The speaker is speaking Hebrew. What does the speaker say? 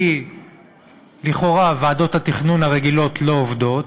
כי לכאורה ועדות התכנון הרגילות לא עובדות.